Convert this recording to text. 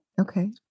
Okay